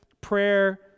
prayer